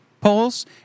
polls